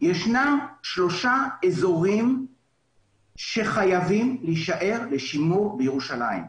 שיש שלושה אזורים שחייבים להישאר לשימור בירושלים.